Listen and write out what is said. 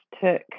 took